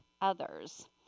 others